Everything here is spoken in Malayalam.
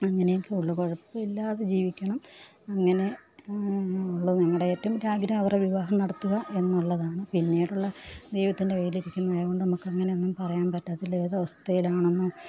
അങ്ങനെയൊക്കെയുള്ളു കുഴപ്പമില്ലാതെ ജീവിക്കണം അങ്ങനെ ഉള്ള ഞങ്ങളുടെ ഏറ്റവും വലിയ ആഗ്രഹം അവരുടെ വിവാഹം നടത്തുക എന്നുള്ളതാണ് പിന്നീടുള്ള ദൈവത്തിൻ്റെ കയ്യിലിരിക്കുന്നതായതുകൊണ്ട് നമുക്കങ്ങനെയൊന്നും പറയാൻ പറ്റത്തില്ല ഏതവസ്ഥയിലാണെന്നോ